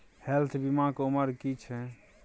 Health बीमा के उमर की छै?